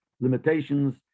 limitations